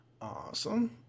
Awesome